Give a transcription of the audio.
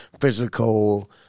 physical